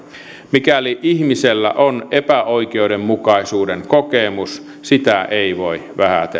mikäli ihmisellä on epäoikeudenmukaisuuden kokemus sitä ei voi vähätellä